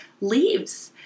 leaves